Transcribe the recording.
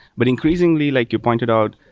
but increasingly, like you pointed out,